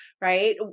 right